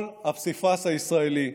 כל הפסיפס הישראלי.